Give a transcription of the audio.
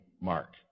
mark